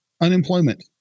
unemployment